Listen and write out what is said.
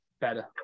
better